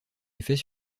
effet